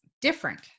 different